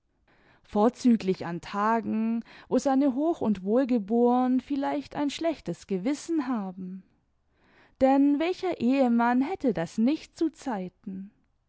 vorzüglich an tagen wo seine hochundwohlgeboren vielleicht ein schlechtes gewissen haben denn welcher ehemann hätte das nicht zu zeiten